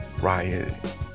Riot